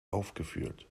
aufgeführt